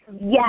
Yes